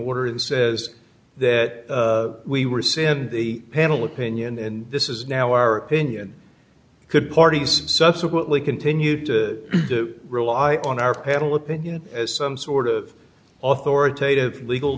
order says that we were sent the panel opinion and this is now our pinion could parties subsequently continue to rely on our panel opinion as some sort of authoritative legal